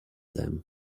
them